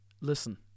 listen